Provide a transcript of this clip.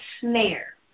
snare